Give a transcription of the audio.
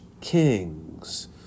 kings